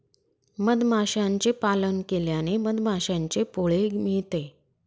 मधमाशांचे पालन केल्याने मधमाशांचे पोळे मिळते